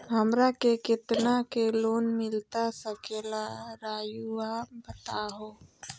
हमरा के कितना के लोन मिलता सके ला रायुआ बताहो?